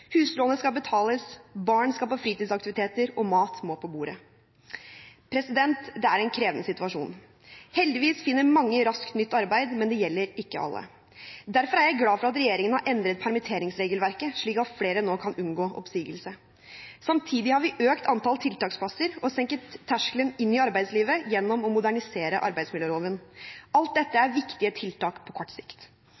Huslånet skal betales, barn skal på fritidsaktiviteter, og mat må på bordet. Det er en krevende situasjon. Heldigvis finner mange raskt nytt arbeid, men det gjelder ikke alle. Derfor er jeg glad for at regjeringen har endret permitteringsregelverket, slik at flere nå kan unngå oppsigelse. Samtidig har vi økt antall tiltaksplasser og senket terskelen inn i arbeidslivet gjennom å modernisere arbeidsmiljøloven. Alt dette er viktige tiltak på kort sikt.